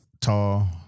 tall